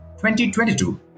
2022